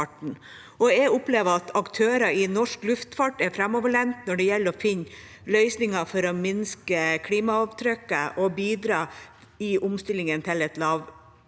Jeg opplever at aktører i norsk luftfart er framoverlente når det gjelder å finne løsninger for å minske klimaavtrykket og bidra i omstillingen til et